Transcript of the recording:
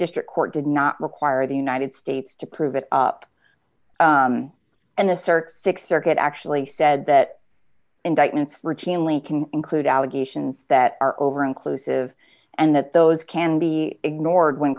district court did not require the united states to prove it and the circuit th circuit actually said that indictments routinely can include allegations that are over inclusive and that those can be ignored when